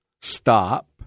stop